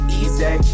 easy